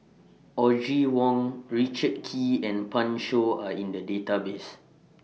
Audrey Wong Richard Kee and Pan Shou Are in The Database